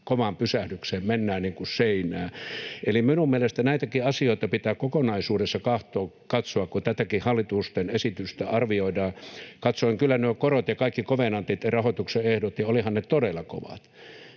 kovaan pysähdykseen, mennään niin kuin seinään. Eli mielestäni näitäkin asioita pitää kokonaisuudessa katsoa, kun tätäkin hallituksen esitystä arvioidaan. Katsoin kyllä nuo korot ja kaikki kovenantit ja rahoituksen ehdot, ja olivathan ne todella kovat.